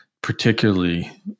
particularly